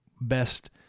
best